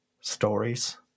Stories